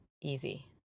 easy